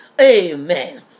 Amen